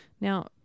now